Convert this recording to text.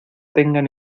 tengan